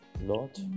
Lord